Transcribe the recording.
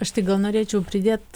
aš tik gal norėčiau pridėti